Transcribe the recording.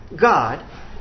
God